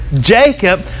Jacob